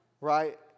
right